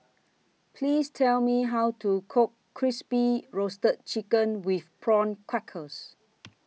Please Tell Me How to Cook Crispy Roasted Chicken with Prawn Crackers